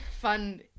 fun